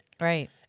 Right